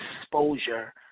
exposure